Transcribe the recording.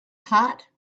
hot